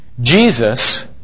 Jesus